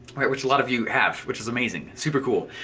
which a lot of you have, which is amazing. super cool.